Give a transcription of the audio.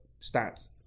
stats